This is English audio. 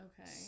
okay